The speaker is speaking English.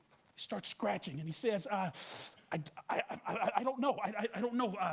starts scratching, and he says, ah i i don't know, i don't know,